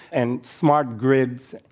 and smart grids,